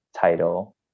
title